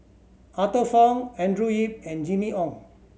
Arthur Fong Andrew Yip and Jimmy Ong